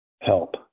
help